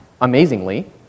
amazingly